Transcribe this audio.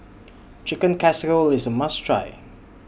Chicken Casserole IS A must Try